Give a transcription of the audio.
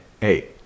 hey